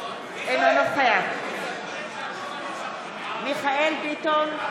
אינו נוכח מיכאל מרדכי ביטון,